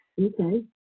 Okay